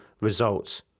results